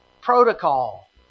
protocol